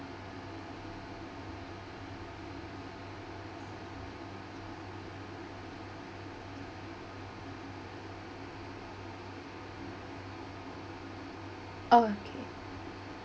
okay